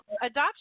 adoption